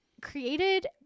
created